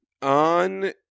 on